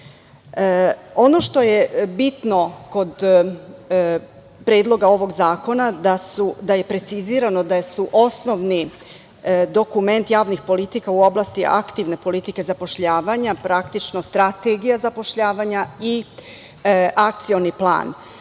što je bitno kod predloga ovog zakona, da je precizirano da su osnovni dokument javnih politika u oblasti aktivne politike zapošljavanja, praktično, Strategija zapošljavanja i Akcioni